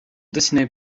dessinées